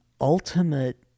ultimate